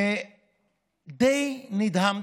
די נדהמתי.